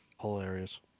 Hilarious